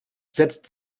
setzt